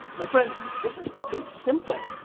my friends, this is fucking simple.